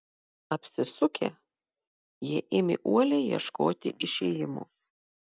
apsisukę jie ėmė uoliai ieškoti išėjimo